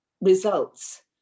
results